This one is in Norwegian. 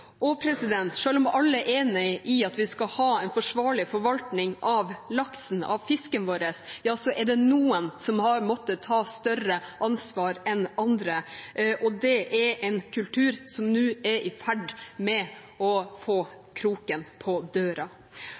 om alle er enig i at vi skal ha en forsvarlig forvaltning av laksen, av fisken vår, er det noen som har måttet ta større ansvar enn andre, og det er en kultur som nå er i ferd med å få kroken på døra.